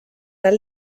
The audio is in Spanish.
tal